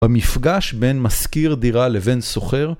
במפגש בין משכיר דירה לבין שוכר.